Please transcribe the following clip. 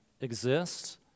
exists